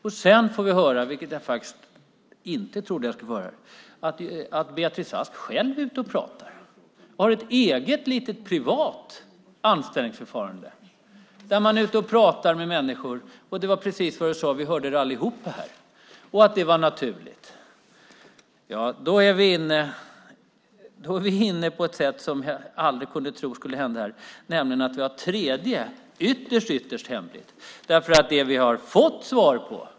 Och sedan får jag höra, vilket jag faktiskt inte trodde att jag skulle få höra, att Beatrice Ask själv är ute och pratar med människor. Hon har ett eget litet privat anställningsförfarande där hon är ute och pratar med människor - det var precis vad hon sade och vi hörde det allihop här - och att det är naturligt. Då är vi inne på något som jag aldrig skulle tro kunde hända, nämligen att det finns ett tredje anställningsförfarande - ytterst, ytterst hemligt.